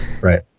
Right